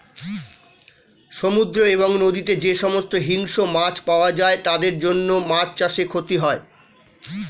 সমুদ্র এবং নদীতে যে সমস্ত হিংস্র মাছ পাওয়া যায় তাদের জন্য মাছ চাষে ক্ষতি হয়